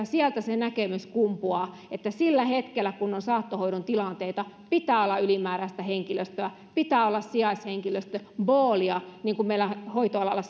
sieltä se näkemys kumpuaa että sillä hetkellä kun on saattohoidon tilanteita pitää olla ylimääräistä henkilöstöä pitää olla sijaishenkilöstöpoolia niin kuin meillä hoitoalalla